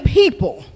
people